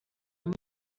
muri